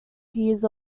peers